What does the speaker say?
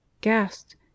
gasped